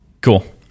cool